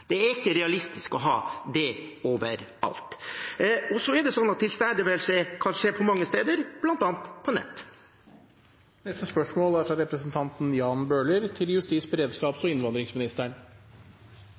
Det er ikke realistisk å ha det overalt. Og tilstedeværelse kan utøves på mange måter, bl.a. på nett. Jeg vil gjerne stille følgende spørsmål til justis-, beredskaps-